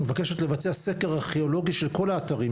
ומבקשת לבצע סקר ארכיאולוגי של כל האתרים